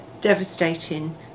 devastating